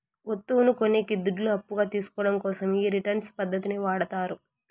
వత్తువును కొనేకి దుడ్లు అప్పుగా తీసుకోవడం కోసం ఈ రిటర్న్స్ పద్ధతిని వాడతారు